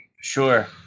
sure